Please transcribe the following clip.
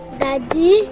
daddy